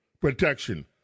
protection